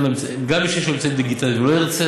גם מי שיש לו אמצעים דיגיטליים ולא ירצה,